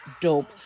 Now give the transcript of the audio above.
dope